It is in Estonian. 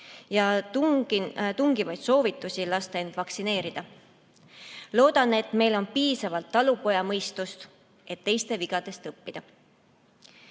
ja tungivaid soovitusi lasta end vaktsineerida. Loodan, et meil on piisavalt talupojamõistust, et teiste vigadest õppida.